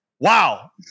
wow